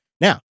Now